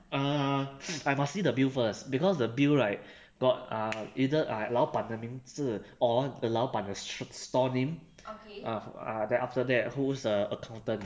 err I must see the bill first because the bill right got uh either uh 老板名字 or the 老板 the str~ store name uh ah then after that who's uh accountant